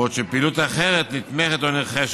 בעוד פעילות אחרת נתמכת או נרכשת.